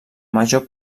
major